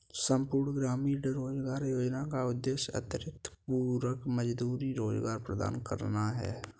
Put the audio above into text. संपूर्ण ग्रामीण रोजगार योजना का उद्देश्य अतिरिक्त पूरक मजदूरी रोजगार प्रदान करना है